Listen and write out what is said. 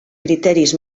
criteris